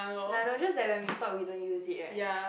I know just that when we thought we don't use it right